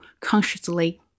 consciously